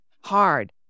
hard